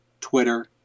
Twitter